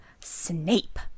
Snape